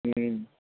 മ്മ്